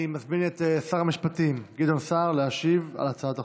אני מזמין את שר המשפטים גדעון סער להשיב על הצעת החוק.